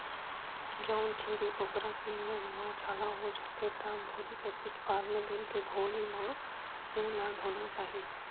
जउन छेरी बोकरा के मूंह म छाला हो जाथे त बोरिक एसिड, फार्मलीन के घोल म मूंह ल धोना चाही